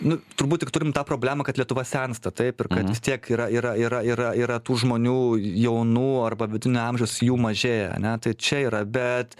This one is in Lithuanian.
nu turbūt tik turim tą problemą kad lietuva sensta taip ir kad vis tiek yra yra yra yra yra tų žmonių jaunų arba vidutinio amžiaus jų mažėja ane tai čia yra bet